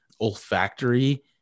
olfactory